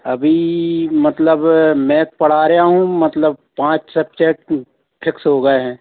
अभी मतलब मैथ पढ़ा रहा हूँ मतलब पाँच सब्जेक्ट फिक्स हो गए हैं